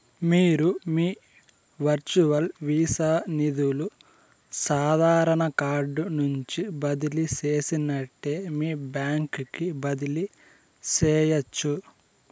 మీరు మీ virtual Visa నిదులు సాదారన కార్డు నుంచి బదిలీ చేసినట్లే మీ బాంక్ కి బదిలీ చేయచ్చు